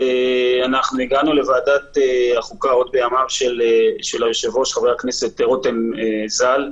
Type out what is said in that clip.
הגענו לוועדת החוקה עוד בימיו של היושב-ראש חבר הכנסת רותם ז"ל.